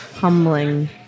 Humbling